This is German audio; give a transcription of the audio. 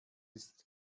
ist